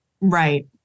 Right